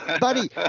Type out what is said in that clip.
Buddy